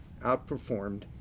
outperformed